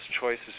choices